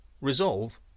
resolve